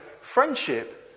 friendship